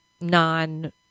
non